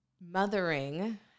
mothering